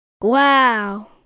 Wow